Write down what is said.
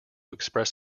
express